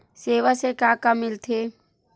सेवा से का का मिलथे?